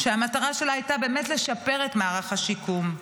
שהמטרה שלה הייתה באמת לשפר את מערך השיקום,